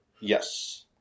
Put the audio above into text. Yes